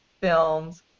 films